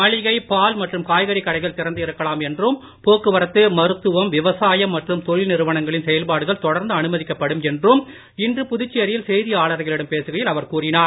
மளிகை பால் மற்றும் காய்கறி கடைகள் திறந்து இருக்கலாம் என்றும் போக்குவரத்து மருத்துவம் விவசாயம் மற்றும் தொழில்நிறுவனங்களின் செயல்பாடுகள் தொடர்ந்து அனுமதிக்கப்படும் என்றும் இன்று புதுச்சேரியில் செய்தியாளர்களிடம் பேசுகையில் அவர் கூறினார்